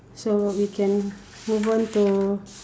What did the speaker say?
so we can move on to